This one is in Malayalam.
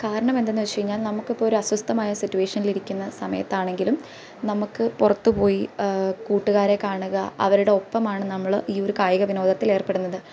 കാരണമെന്തെന്ന് വെച്ചു കഴിഞ്ഞാൽ നമുക്ക് ഇപ്പോൾ ഒരു അസ്വസ്ഥമായ സിറ്റുവേഷനിൽ ഇരിക്കുന്ന സമയത്ത് ആണെങ്കിലും നമുക്കു പുറത്തുപോയി കൂട്ടുകാരെ കാണുക അവരുടെ ഒപ്പമാണ് നമ്മൾ ഈ ഒരു കായിക വിനോദത്തിൽ ഏർപ്പെടുന്നത്